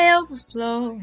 overflow